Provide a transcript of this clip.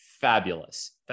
fabulous